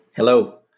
Hello